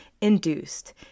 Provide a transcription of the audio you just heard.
induced